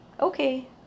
Okay